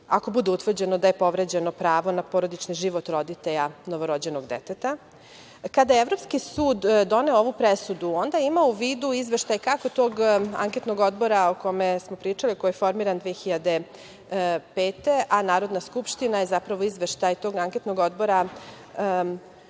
ako bude utvrđeno da je povređeno pravo na porodični život roditelja novorođenog deteta. Kada je Evropski sud doneo ovu presudu, onda je imao u vidu izveštaj kako tog anketnog odbora o kome smo pričali, koji je formiran 2005. godine, a Narodna skupština je izveštaj tog anketnog odbora